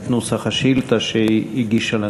את נוסח השאילתה שהיא הגישה לנשיאות.